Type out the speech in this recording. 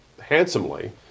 handsomely